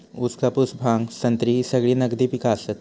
ऊस, कापूस, भांग, संत्री ही सगळी नगदी पिका आसत